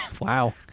Wow